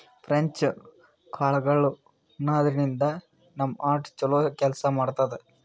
French ಕಾಳ್ಗಳ್ ಉಣಾದ್ರಿನ್ದ ನಮ್ ಹಾರ್ಟ್ ಛಲೋ ಕೆಲ್ಸ್ ಮಾಡ್ತದ್